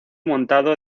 montado